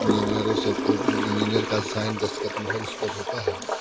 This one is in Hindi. इंजीनियरों सबको इंजीनियर का साइन दस्तखत मोहर उस पर होता है